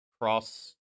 cross